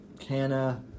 Canna